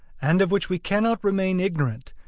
and of which we cannot remain ignorant,